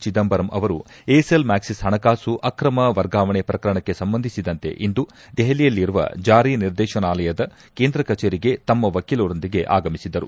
ಚಿದಂಬರಂ ಅವರು ಏರ್ಸೆಲ್ ಮ್ಯಾಕ್ಸಿಸ್ ಹಣಕಾಸು ಅಕ್ರಮ ವರ್ಗಾವಣೆ ಪ್ರಕರಣಕ್ಕೆ ಸಂಬಂಧಿಸಿದಂತೆ ಇಂದು ದೆಹಲಿಯಲ್ಲಿರುವ ಜಾರಿ ನಿರ್ದೇಶನಾಲಯದ ಕೇಂದ್ರ ಕಚೇರಿಗೆ ತಮ್ಮ ವಕೀಲರೊಂದಿಗೆ ಆಗಮಿಸಿದ್ದರು